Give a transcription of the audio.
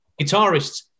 guitarists